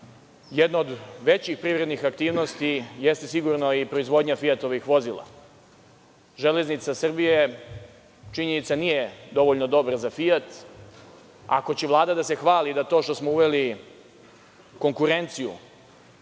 jedna od većih privrednih aktivnosti jeste sigurno proizvodnja Fijatovih vozila. Železnica Srbije nije dovoljno dobra za Fijat. Ako će Vlada da se hvali da to što smo uveli konkurenciju